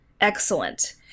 excellent